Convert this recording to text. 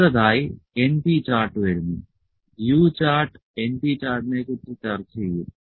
അടുത്തതായി np chart വരുന്നു U chart np ചാർട്ടിനെ കുറിച്ച് ചർച്ച ചെയ്യും